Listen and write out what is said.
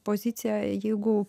pozicija jeigu